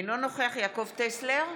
אינו נוכח יעקב טסלר,